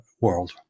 world